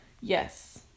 yes